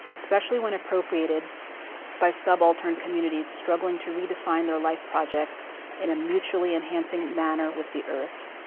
especially when appropriated by subaltern communities struggling to redefine their life projects in a mutually enhancing manner with the earth.